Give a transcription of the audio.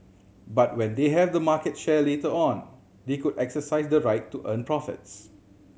but when they have the market share later on they could exercise the right to earn profits